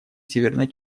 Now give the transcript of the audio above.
северной